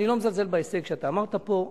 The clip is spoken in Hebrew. אני לא מזלזל בהישג שאמרת פה.